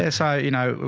ah so, you know,